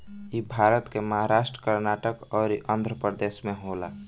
इ भारत के महाराष्ट्र, कर्नाटक अउरी आँध्रप्रदेश में होला